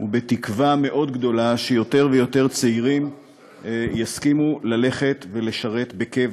בתקווה מאוד גדולה שיותר ויותר צעירים יסכימו ללכת ולשרת בקבע.